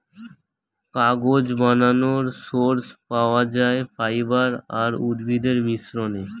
কাগজ বানানোর সোর্স পাওয়া যায় ফাইবার আর উদ্ভিদের মিশ্রণে